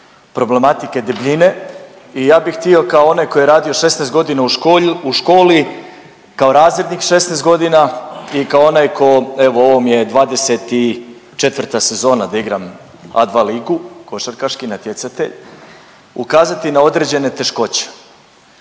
problematiku debljine i ja bi htio kao onaj koji je radio 16.g. u školi, kao razrednik 16.g. i kao onaj ko evo ovo mi je 24. sezona da igram A2 ligu, košarkaški natjecatelj, ukazati na određene teškoće.